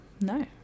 No